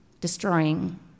destroying